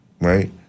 Right